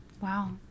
Wow